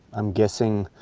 um guessing,